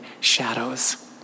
shadows